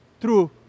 true